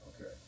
okay